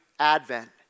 advent